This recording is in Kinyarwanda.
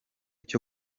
cyo